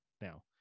now